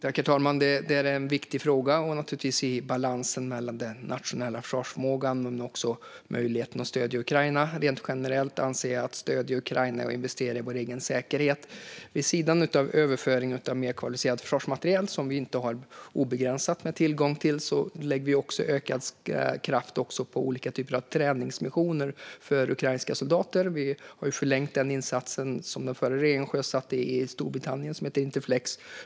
Herr talman! Det är en viktig fråga. I balansen mellan den nationella försvarsförmågan och möjligheten att stödja Ukraina rent generellt anser jag att stöd till Ukraina är att investera i vår egen säkerhet. Vid sidan av överföring av mer kvalificerad försvarsmateriel, som det inte finns obegränsad tillgång till, lägger vi också ökad kraft på olika typer av träningsmissioner för ukrainska soldater. Vi har förlängt den insats som den förra regeringen sjösatte, nämligen medverkan i Interflex i Storbritannien.